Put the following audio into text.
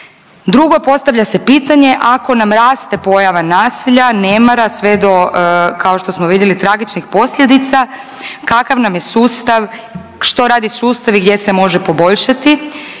Drugo, postavlja se pitanje ako nam raste pojava nasilja nemara sve do kao što smo vidjeli tragičnih posljedica kakav nam je sustav, što radi sustav i gdje se može poboljšati.